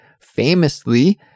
famously